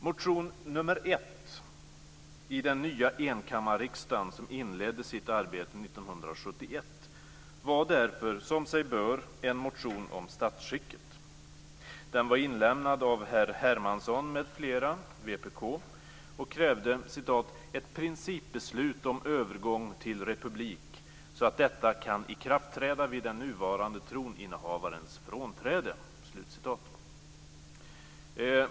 Motion nr 1 i den nya enkammarriksdagen, som inledde sitt arbete 1971, var därför som sig bör en motion om statsskicket. Den var inlämnad av herr Hermansson m.fl., vpk, och krävde "ett principbeslut om övergång till republik så att detta kan ikraftträda vid den nuvarande troninnehavarens frånträde".